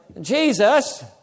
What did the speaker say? Jesus